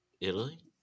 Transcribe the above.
Italy